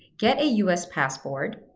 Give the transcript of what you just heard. get a us passport.